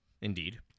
Indeed